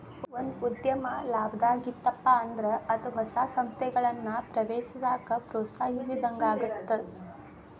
ಒಂದ ಉದ್ಯಮ ಲಾಭದಾಗ್ ಇತ್ತಪ ಅಂದ್ರ ಅದ ಹೊಸ ಸಂಸ್ಥೆಗಳನ್ನ ಪ್ರವೇಶಿಸಾಕ ಪ್ರೋತ್ಸಾಹಿಸಿದಂಗಾಗತ್ತ